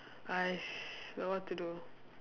!hais! so what to do